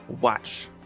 Watch